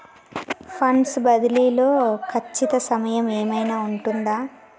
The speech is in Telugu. ఫండ్స్ బదిలీ లో ఖచ్చిత సమయం ఏమైనా ఉంటుందా?